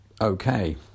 okay